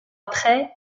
après